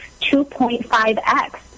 2.5x